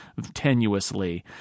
tenuously